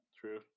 true